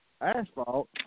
asphalt